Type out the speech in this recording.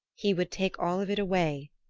he would take all of it away,